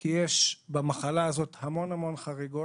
כי יש במחלה הזאת המון חריגות,